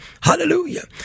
Hallelujah